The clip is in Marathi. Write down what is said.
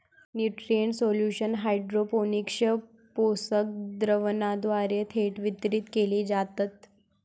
न्यूट्रिएंट सोल्युशन हायड्रोपोनिक्स पोषक द्रावणाद्वारे थेट वितरित केले जातात